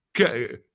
Okay